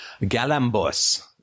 Galambos